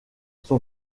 son